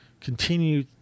continue